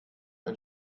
ein